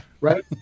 Right